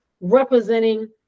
representing